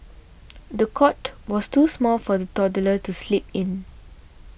the cot was too small for the toddler to sleep in